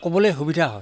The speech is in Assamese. ক'বলৈ সুবিধা হয়